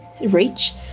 reach